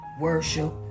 worship